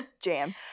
Jam